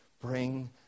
bring